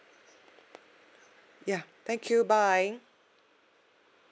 ya thank you bye